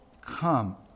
come